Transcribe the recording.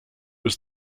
was